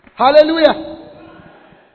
Hallelujah